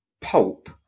pulp